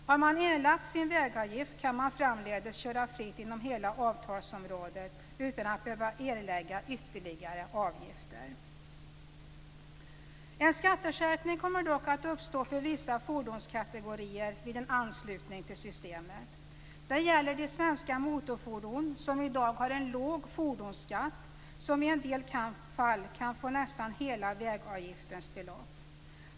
Har man erlagt sin vägavgift kan man framdeles köra fritt inom hela avtalsområdet utan att behöva erlägga ytterligare avgifter. En skatteskärpning kommer dock att uppstå för vissa fordonskategorier vid en anslutning till systemet. Det gäller de svenska motorfordon som i dag har en låg fordonsskatt som i en del fall kan komma att belastas med nästan hela vägavgiftens belopp.